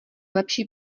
lepší